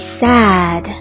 sad